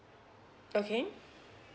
okay